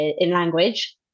language